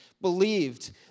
believed